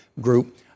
group